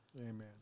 amen